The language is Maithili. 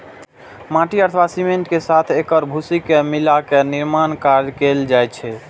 माटि अथवा सीमेंट के साथ एकर भूसी के मिलाके निर्माण कार्य कैल जाइ छै